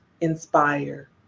inspire